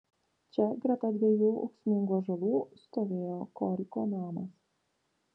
čia greta dviejų ūksmingų ąžuolų stovėjo koriko namas